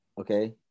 Okay